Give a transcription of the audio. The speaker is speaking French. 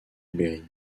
berry